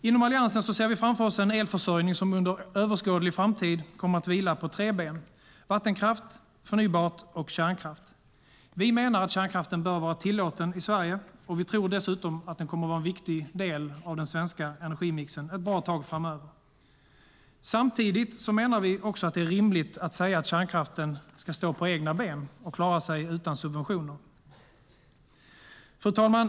Inom Alliansen ser vi framför oss en elförsörjning som under överskådlig framtid kommer att vila på tre ben: vattenkraft, förnybart och kärnkraft. Vi menar att kärnkraften bör vara tillåten i Sverige, och vi tror dessutom att den kommer att vara en viktig del av den svenska energimixen ett bra tag framöver. Samtidigt menar vi att det är rimligt att säga att kärnkraften ska stå på egna ben och klara sig utan subventioner. Fru talman!